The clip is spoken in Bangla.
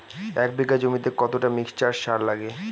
এক বিঘা জমিতে কতটা মিক্সচার সার লাগে?